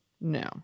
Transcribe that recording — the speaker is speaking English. No